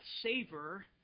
savor